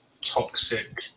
toxic